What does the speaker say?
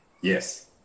Yes